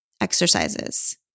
exercises